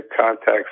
contacts